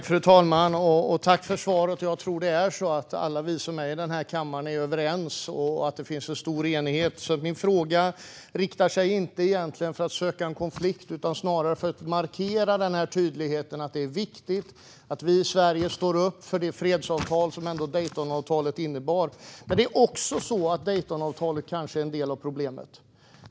Fru talman! Tack för svaret! Jag tror att alla vi här i kammaren är överens och att det finns en stor enighet. Jag vill med min fråga egentligen inte söka konflikt utan snarare vill jag markera tydligheten. Det är viktigt att vi i Sverige står upp för det fredsavtal som Daytonavtalet innebar. Daytonavtalet kan dock också vara en del av problemet.